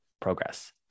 progress